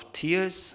tears